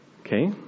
Okay